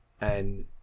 and-